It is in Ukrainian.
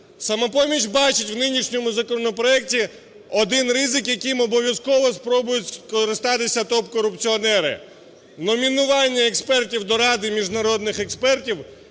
"Самопоміч" бачить в нинішньому законопроекті один ризик, яким обов'язково спробують скористатися топ-корупціонери. Номінування експертів до Ради міжнародних експертів